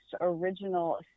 original